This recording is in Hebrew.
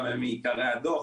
הם גם מעיקרי הדוח,